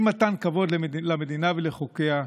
אי-מתן כבוד למדינה ולחוקיה,